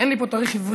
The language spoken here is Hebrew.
אין לי פה תאריך עברי,